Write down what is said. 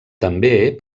també